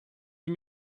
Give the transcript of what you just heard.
sie